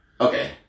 Okay